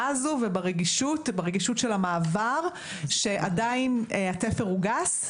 הזאת והרגישות של המעבר עדיין התפר הוא גס,